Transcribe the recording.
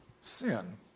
sin